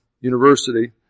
University